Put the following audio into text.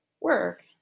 work